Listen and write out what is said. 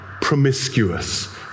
promiscuous